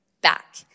back